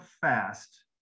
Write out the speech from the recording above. fast